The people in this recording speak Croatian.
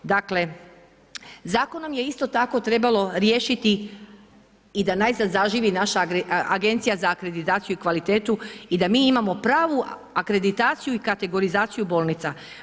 Dakle zakonom je isto tako trebalo riješiti i da najzad zaživi naša Agencija za akreditaciju i kvalitetu i da mi imamo pravu akreditaciju i kategorizaciju bolnica.